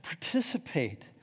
participate